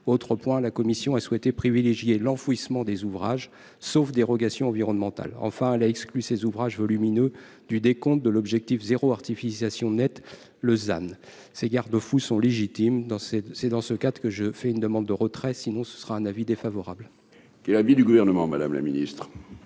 autre point : la commission a souhaité privilégier l'enfouissement des ouvrages sauf dérogation environnementale enfin la exclu ces ouvrage volumineux du décompte de l'objectif 0 artificialisation nette Lausanne ces garde-fous sont légitimes dans ces c'est dans ce cadre que je fais une demande de retrait, sinon ce sera un avis défavorable. Qui est l'avis du gouvernement, Madame la ministre.